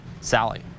Sally